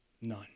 None